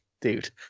dude